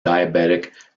diabetic